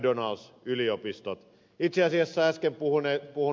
itse asiassa äsken puhunut ed